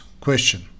question